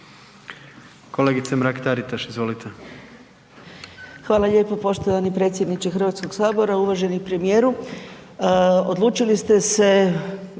kolegice Mrak Taritaš. Rekli